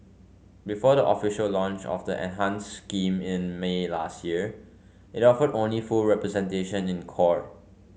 before the official launch of the enhanced scheme in May last year it offered only full representation in court